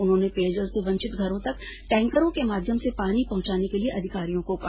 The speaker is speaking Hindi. उन्होंने पेयजल से वंचित घरों तक टैंकरों के माध्यम से पानी पहुंचाने के लिये अधिकारियों को कहा